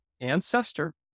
ancestor